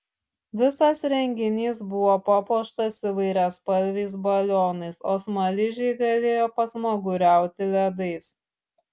visas renginys buvo papuoštas įvairiaspalviais balionais o smaližiai galėjo pasmaguriauti ledais